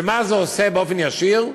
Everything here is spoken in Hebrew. ומה זה עושה באופן ישיר?